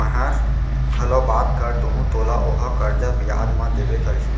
मैंहर घलौ बात कर दूहूं तोला ओहा करजा बियाज म देबे करही